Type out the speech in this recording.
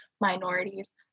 minorities